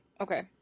okay